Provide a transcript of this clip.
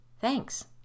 Thanks